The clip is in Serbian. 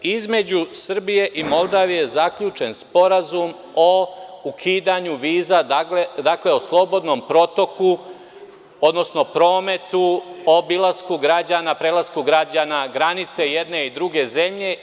Dakle, između Srbije i Moldavije je zaključen Sporazum o ukidanju viza, dakle o slobodnom protoku, odnosno o prometu, prelasku, obilasku građana granice jedne i druge zemlje.